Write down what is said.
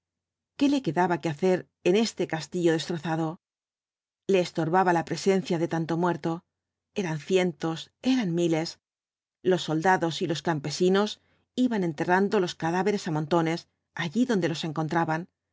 qué le quedaba que hacer en este castillo destrozado le estorbaba la presencia de tanto muerto eran cientos eran miles los soldados y los campesinos iban enterrando los cadáveres á montones allí donde los encontraban